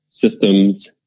systems